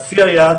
השיא היה,